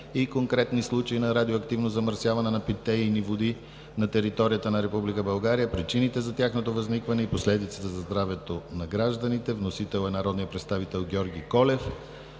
и конкретни случаи на радиоактивно замърсяване на питейни води на територията на Република България, причините за тяхното възникване и последиците за здравето на гражданите. Вносител е народният представител Георги Колев.